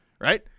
right